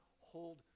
hold